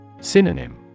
Synonym